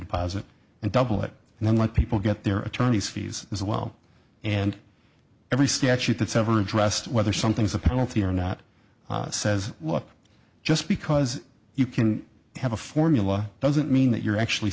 deposit and double it and then let people get their attorneys fees as well and every statute that's ever addressed whether something's a penalty or not says look just because you can have a formula doesn't mean that you're actually